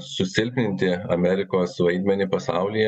susilpninti amerikos vaidmenį pasaulyje